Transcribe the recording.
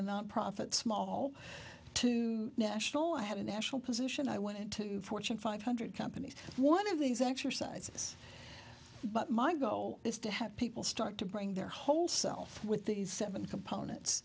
a nonprofit small to national i have a national position i went into fortune five hundred companies one of these actually sizes but my goal is to have people start to bring their whole self with these seven component